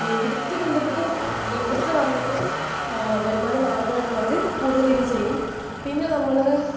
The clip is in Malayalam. അപ്പം മീൻപിടുത്തത്തെ ബന്ധപ്പെട്ട് മീൻപിടുത്തമാണൊരു വരുമാനമാർഗ്ഗമായിട്ടുള്ളവർ കൂടുതൽ ഇത് ചെയ്യും പിന്നെ നമ്മൾ